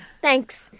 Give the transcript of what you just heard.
thanks